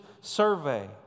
survey